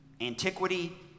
antiquity